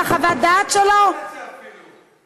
ההתנהלות שלכם היא בושה.